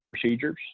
procedures